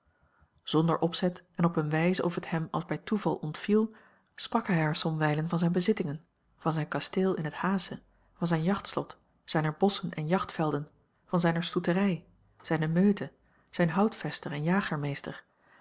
zonder opzet en op eene wijze of het hem als bij toeval ontviel sprak hij haar somwijlen van zijne bezittingen van zijn kasteel in het h sche van zijn jachtslot zijne bosschen en jachtvelden van zijne stoeterij zijne meute zijn houtvester en